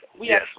Yes